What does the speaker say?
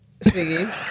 See